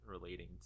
relating